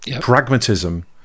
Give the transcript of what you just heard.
pragmatism